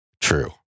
true